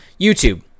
YouTube